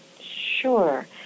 Sure